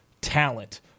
talent